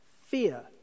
fear